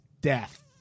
death